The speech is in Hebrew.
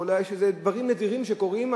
ואולי יש דברים נדירים שקורים,